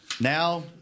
Now